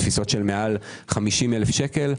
בתפיסות של מעל 50,000 שקל.